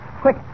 Quick